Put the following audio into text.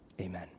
Amen